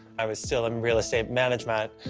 i was still in real estate management.